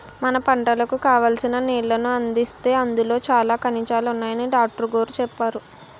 మన పంటలకు కావాల్సిన నీళ్ళను అందిస్తే అందులో చాలా ఖనిజాలున్నాయని డాట్రుగోరు చెప్పేరు